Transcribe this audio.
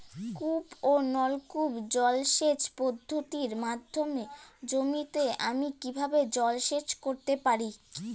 কূপ ও নলকূপ জলসেচ পদ্ধতির মাধ্যমে জমিতে আমি কীভাবে জলসেচ করতে পারি?